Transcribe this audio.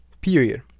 period